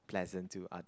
pleasant to other